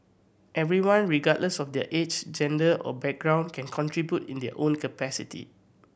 everyone regardless of their age gender or background can contribute in their own capacity